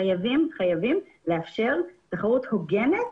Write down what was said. חייבים לאפשר תחרות הוגנת